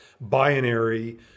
binary